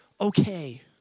okay